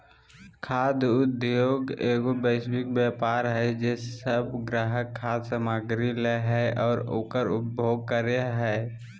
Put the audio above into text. खाद्य उद्योगएगो वैश्विक व्यापार हइ जे सब ग्राहक खाद्य सामग्री लय हइ और उकर उपभोग करे हइ